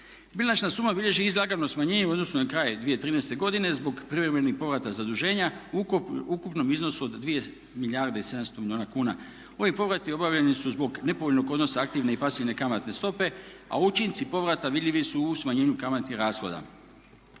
se ne razumije./… smanjenje u odnosu na kraj 2013. godine zbog privremenih povrata zaduženja u ukupnom iznosu od 2 milijarde i 700 milijuna kuna. Ovi povrati obavljeni su zbog nepovoljnog odnosa aktivne i pasivne kamatne stope, a učinci povrata vidljivi su u smanjenju kamatnih rashoda.